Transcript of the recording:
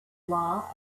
law